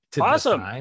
Awesome